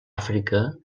àfrica